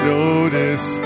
notice